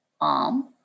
arm